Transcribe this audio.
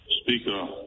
Speaker